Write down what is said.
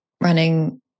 running